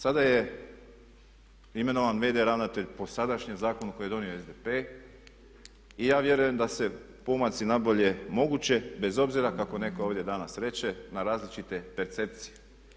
Sada je imenovan v.d. ravnatelj po sadašnjem zakonu koji je donio SDP i ja vjerujem da su pomaci nabolje mogući bez obzira kako netko ovdje danas reče na različite percepcije.